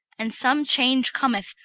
and some change cometh,